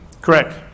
Correct